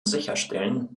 sicherstellen